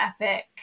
epic